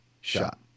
shot